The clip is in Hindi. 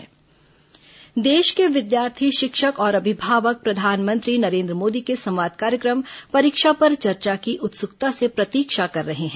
परीक्षा पे चर्चा देश के विद्यार्थी शिक्षक और अभिभावक प्रधानमंत्री नरेन्द्र मोदी के संवाद कार्यक्रम परीक्षा पर चर्चा की उत्सुकता से प्रतीक्षा कर रहे हैं